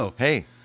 Hey